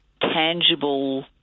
tangible